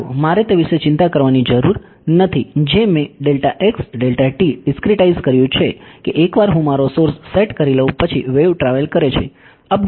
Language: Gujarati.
સારું મારે તે વિશે ચિંતા કરવાની જરૂર નથી જે મેં ડીસ્ક્રીટાઈઝ કર્યું છે કે એકવાર હું મારો સોર્સ સેટ કરી લઉં પછી વેવ ટ્રાવેલ કરે છે